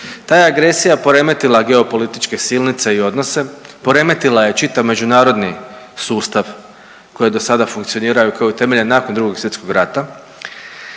je agresija poremetila geopolitičke silnice i odnose, poremetila je čitav međunarodni sustav koji je dosad funkcionirao i koji je utemeljen nakon Drugog svjetskog rata.